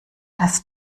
das